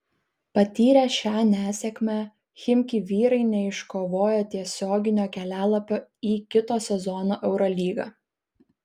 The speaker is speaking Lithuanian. patyrę šią nesėkmę chimki vyrai neiškovojo tiesioginio kelialapio į kito sezono eurolygą